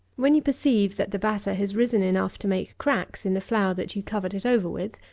when you perceive that the batter has risen enough to make cracks in the flour that you covered it over with,